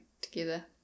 together